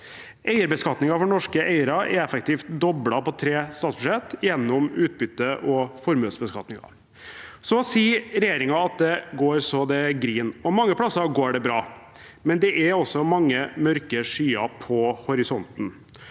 Beskatningen for norske eiere er effektivt doblet på tre statsbudsjett gjennom utbytte- og formuesbeskatningen. Regjeringen sier at det går så det griner – og mange plasser går det bra, men det er også mange mørke skyer i horisonten.